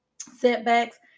setbacks